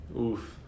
Oof